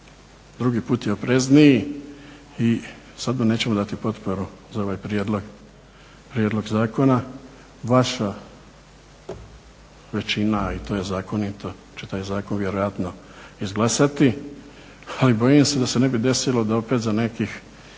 drugi put je oprezniji, i sad mu nećemo dati potporu za ovaj prijedlog zakona. Vaša većina i to je zakonito će taj zakon vjerojatno izglasati, ali bojim se da se ne bi desilo da opet za nekih